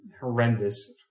horrendous